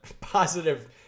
positive